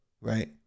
Right